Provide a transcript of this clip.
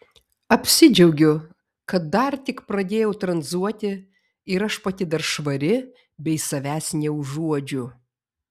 apsidžiaugiu kad dar tik pradėjau tranzuoti ir aš pati dar švari bei savęs neužuodžiu